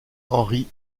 henri